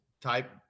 type